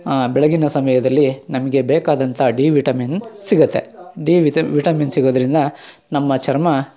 ಬೆಳಗಿನ ಸಮಯದಲ್ಲಿ ನಮಗೆ ಬೇಕಾದಂಥ ಡಿ ವಿಟಮಿನ್ ಸಿಗುತ್ತೆ ಡಿ ವಿತಮ್ ವಿಟಮಿನ್ ಸಿಗೋದ್ರಿಂದ ನಮ್ಮ ಚರ್ಮ